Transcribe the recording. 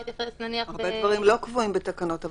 הרבה דברים לא קבועים בתקנות,